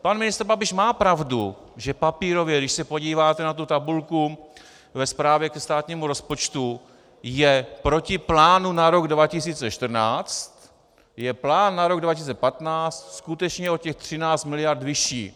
Pan ministr Babiš má pravdu, že papírově, když se podíváte na tu tabulku ve zprávě ke státnímu rozpočtu, je proti plánu na rok 2014 plán na rok 2015 skutečně o těch 13 mld. vyšší.